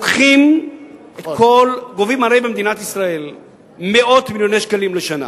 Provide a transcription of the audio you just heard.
הרי גובים במדינת ישראל מאות מיליוני שקלים לשנה.